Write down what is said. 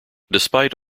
despite